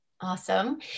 Awesome